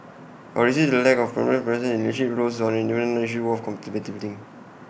or is the lack of female presence in leadership roles not even an issue worth contemplating